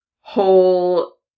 whole